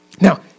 Now